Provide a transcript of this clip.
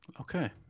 Okay